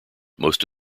most